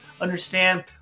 understand